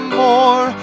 more